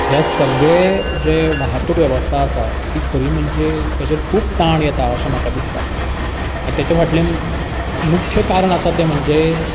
ह्या सगळे जे वाहतूक वेवस्था आसा ती खरी म्हणजे तेजेर खूब ताण येता अशें म्हाका दिसता आनी तेच्या फाटल्यान मुख्य कारण आसा तें म्हणजे